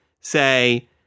say